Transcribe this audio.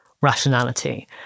rationality